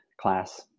class